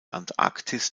antarktis